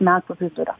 metų vidurio